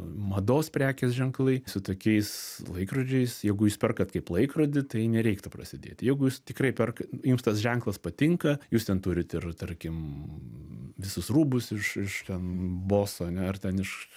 mados prekės ženklai su tokiais laikrodžiais jeigu jūs perkat kaip laikrodį tai nereiktų prasidėti jeigu jūs tikrai perka jums tas ženklas patinka jūs ten turit ir tarkim visus rūbus iš iš ten boso ane ar ten iš